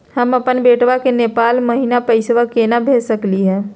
हम अपन बेटवा के नेपाल महिना पैसवा केना भेज सकली हे?